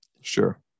Sure